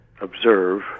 observe